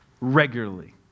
regularly